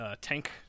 tank